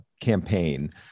campaign